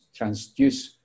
transduce